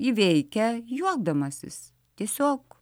įveikia juokdamasis tiesiog